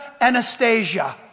Anastasia